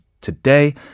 today